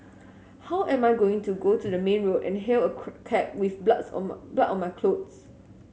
how am I going to go to the main road and hail a cab with bloods on my blood on my clothes